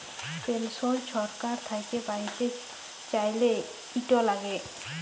পেলসল ছরকার থ্যাইকে প্যাইতে চাইলে, ইট ল্যাগে